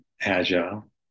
agile